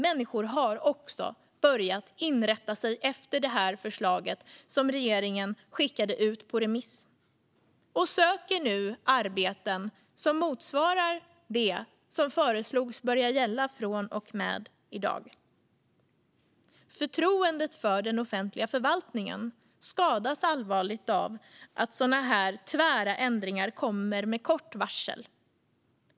Människor har också börjat inrätta sig efter det här förslaget som regeringen skickade ut på remiss, och de söker nu arbeten som motsvarar det som föreslogs börja gälla från och med i dag. Förtroendet för den offentliga förvaltningen skadas allvarligt av sådana här tvära ändringar och av att de kommer med kort varsel.